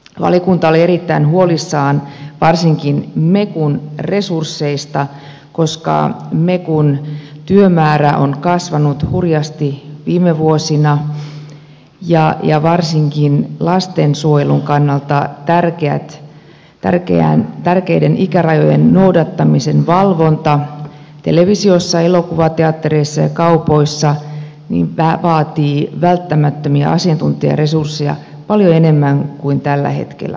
valiokunta oli erittäin huolissaan varsinkin mekun resursseista koska mekun työmäärä on kasvanut hurjasti viime vuosina ja varsinkin lastensuojelun kannalta tärkeiden ikärajojen noudattamisen valvonta televisiossa elokuvateattereissa ja kaupoissa vaatii välttämättömiä asiantuntijaresursseja paljon enemmän kuin tällä hetkellä on